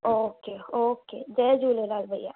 okay okay जय झूलेलाल भैया